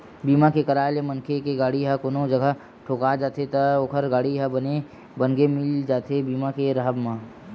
बीमा के कराय ले मनखे के गाड़ी ह कोनो जघा ठोका जाथे त ओखर गाड़ी ह बने बनगे मिल जाथे बीमा के राहब म